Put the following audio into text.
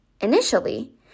Initially